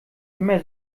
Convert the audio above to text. immer